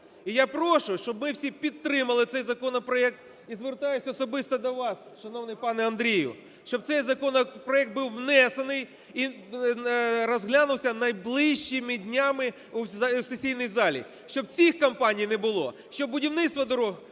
І я прошу, щоб ми всі підтримали цей законопроект. І звертаюсь особисто до вас, шановний пане Андрію, щоб цей законопроект був внесений і розлянувся найближчими днями у сесійній залі. Щоб цих компаній не було. Щоб будівництво доріг